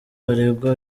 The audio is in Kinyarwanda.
baregwa